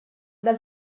dal